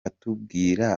watubwira